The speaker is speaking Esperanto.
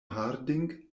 harding